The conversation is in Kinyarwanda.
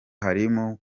harimo